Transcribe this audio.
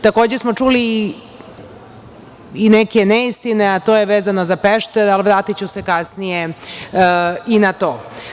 Takođe smo čuli i neke neistine, a to je vezano za Pešter, ali vratiću se kasnije i na to.